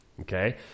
Okay